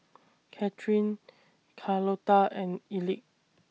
Kathryn Carlota and Elick